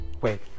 wait